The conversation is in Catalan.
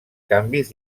canvis